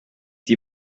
die